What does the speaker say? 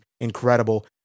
incredible